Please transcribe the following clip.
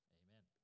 amen